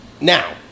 Now